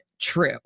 True